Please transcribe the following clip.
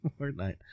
Fortnite